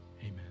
Amen